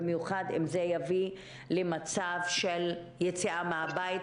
במיוחד אם זה יביא למצב של יציאה מהבית,